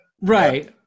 right